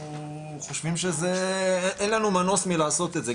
חושבים שזה אין לנו מנוס מלעשות את זה,